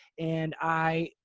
and i,